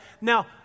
Now